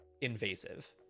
invasive